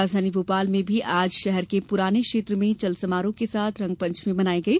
राजधानी भोपाल में भी आज शहर के पुराने क्षेत्र में चल समारोह के साथ रंगपंचमी मनाई गई